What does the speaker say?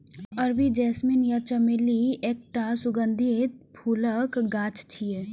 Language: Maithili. अरबी जैस्मीन या चमेली एकटा सुगंधित फूलक गाछ छियै